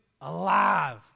alive